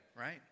right